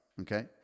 okay